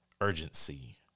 urgency